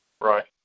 Right